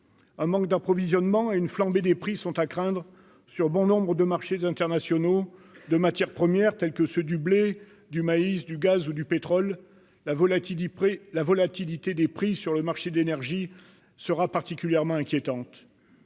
Un manque d'approvisionnement et une flambée des prix sont à craindre sur bon nombre de marchés internationaux de matières premières, tels que ceux du blé, du maïs, du gaz ou du pétrole. La volatilité des prix sur le marché de l'énergie sera particulièrement inquiétante.